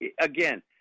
Again